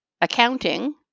accounting –